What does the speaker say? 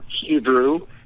Hebrew